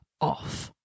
off